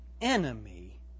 enemy